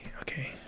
Okay